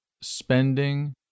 spending